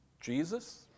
Jesus